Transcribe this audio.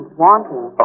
wanting